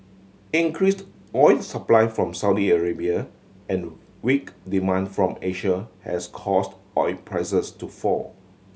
increased oil supply from Saudi Arabia and weak demand from Asia has caused oil prices to fall